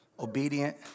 obedient